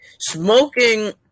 Smoking